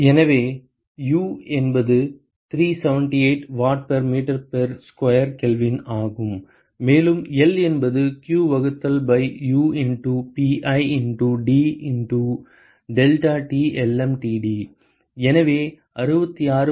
மாணவர் எனவே U என்பது 378 watt per meter square Kelvin ஆகும் மேலும் L என்பது q வகுத்தல் by U into pi into D into deltaTlmtd எனவே 66